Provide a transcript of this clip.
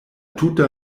tuta